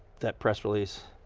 that press release,